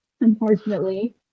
unfortunately